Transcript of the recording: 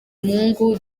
mungu